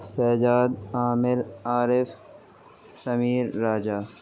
Shahzad Amir Arif Samir Raja